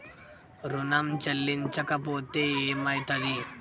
ఋణం చెల్లించకపోతే ఏమయితది?